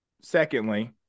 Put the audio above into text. Secondly